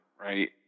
right